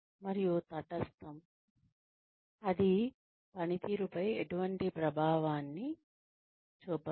మరియు తటస్థం అది పనితీరుపై ఎటువంటి ప్రభావాన్ని చూపదు